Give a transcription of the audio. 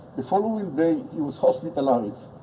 the following day he was hospitalized